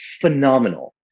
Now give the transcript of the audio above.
phenomenal